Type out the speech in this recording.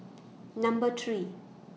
Number three